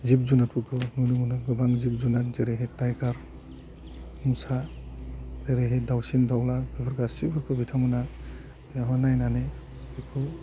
जिब जुनारफोरखौ नुनो मोनो गोबां जिब जुनार जेरैहाय टाइगार मोसा एरैहाय दाउसिन दाउला बेफोर गासैफोरखौ बिथांमोनहा मेपाव नायनानै बेखौ